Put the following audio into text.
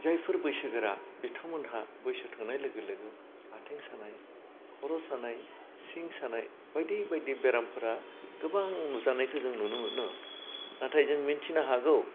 जायफोर बैसोगोरा बिथांमोनहा बैसो थांनाय लोगो लोगो आथिं सानाय खर' सानाय सिं सानाय बायदि बायदि बेरामफोरा गोबां नुजानायखौ जों नुनो मोनो नाथाय जों मिथिनो हागौ